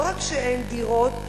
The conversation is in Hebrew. לא רק שאין דירות.